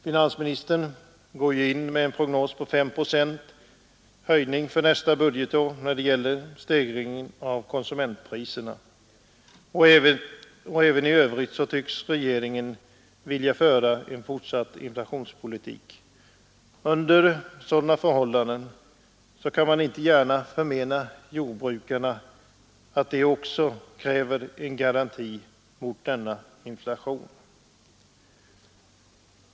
Finansministern går in med en prognos på fem procents höjning av konsumentpriserna under nästa år. Även i övrigt tycks regeringen vilja föra en fortsatt inflationspolitik. Under sådana förhållanden kan jordbrukarna inte gärna förmenas att kräva en garanti mot denna inflation.